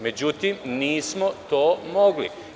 Međutim, nismo to mogli.